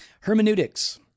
Hermeneutics